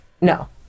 No